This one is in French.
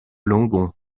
langon